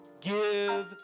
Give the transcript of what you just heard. Give